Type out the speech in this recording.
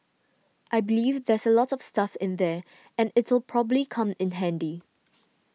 I believe there's a lot of stuff in there and it'll probably come in handy